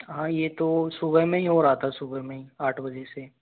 हाँ ये तो सुबह में ही हो रहा था सुबह में ही आठ बजे से